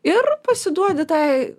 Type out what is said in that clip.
ir pasiduodi tai